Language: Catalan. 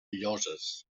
lloses